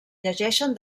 llegeixen